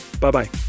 Bye-bye